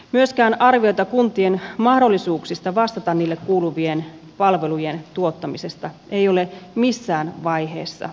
myöskään arvioita kuntien mahdollisuuksista vastata niille kuuluvien palvelujen tuottamisesta ei ole missään vaiheessa esitetty